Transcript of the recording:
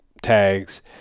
tags